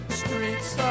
streets